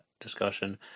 discussion